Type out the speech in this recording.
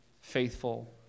faithful